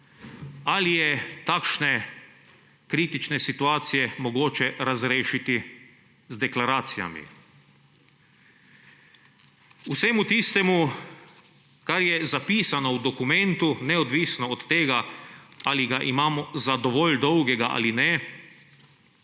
Ali je takšne kritične situacije mogoče razrešiti z deklaracijami? Vsemu tistemu, kar je zapisano v dokumentu, neodvisno od tega, ali ga imamo za dovolj dolgega ali ne,